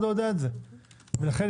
לכן,